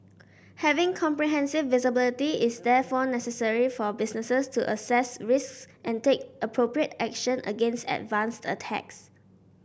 having comprehensive visibility is therefore necessary for businesses to assess risks and take appropriate action against advanced attacks